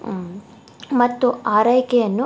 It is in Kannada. ಮತ್ತು ಆರೈಕೆಯನ್ನು